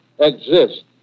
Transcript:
exist